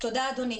תודה, אדוני.